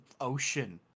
ocean